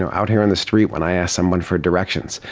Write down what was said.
um out here in the street when i ask someone for directions,